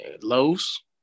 Lowe's